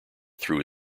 through